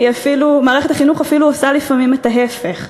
מערכת החינוך עשתה לפעמים אפילו את ההפך,